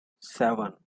seven